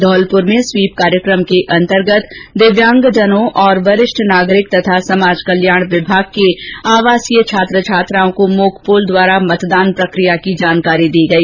धौलपुर में स्वीप कार्यक्रम के अंतर्गत दिव्यांगजनों और वरिष्ठ नागरिक तथा समाज कल्याण विभाग के आवासीय छात्र छात्राओं को मोक पोल द्वारा मतदान प्रक्रिया की जानकारी दी गई